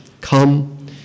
come